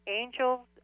angels